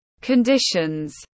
conditions